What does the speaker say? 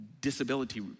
disability